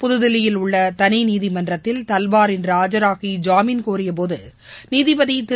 புதுதில்லியில் உள்ள தவிநீதிமன்றத்தில் தல்வார் இன்று ஆஜராகி ஜாமீன் கோரிய போது நீதிபதி திரு